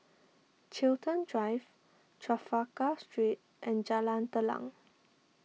Chiltern Drive Trafalgar Street and Jalan Telang